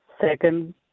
second